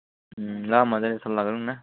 ल मजाले सल्लाह गरौँ न